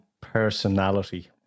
personality